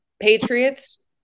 Patriots